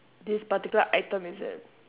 this particular item is it